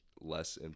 less